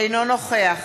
אינו נוכח